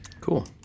Cool